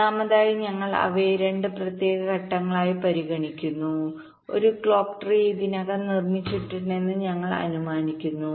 മൂന്നാമതായി ഞങ്ങൾ അവയെ 2 പ്രത്യേക ഘട്ടങ്ങളായി പരിഗണിക്കുന്നു ഒരു ക്ലോക്ക് ട്രീ ഇതിനകം നിർമ്മിച്ചിട്ടുണ്ടെന്ന് ഞങ്ങൾ അനുമാനിക്കുന്നു